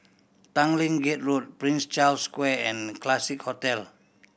Tanglin Gate Road Prince Charles Square and Classique Hotel